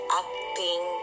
acting